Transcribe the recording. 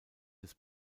des